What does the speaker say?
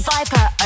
Viper